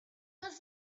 was